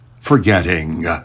forgetting